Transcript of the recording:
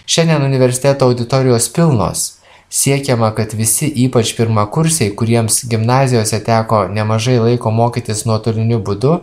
šiandien universiteto auditorijos pilnos siekiama kad visi ypač pirmakursiai kuriems gimnazijose teko nemažai laiko mokytis nuotoliniu būdu